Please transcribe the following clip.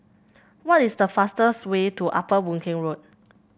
what is the fastest way to Upper Boon Keng Road